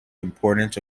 importance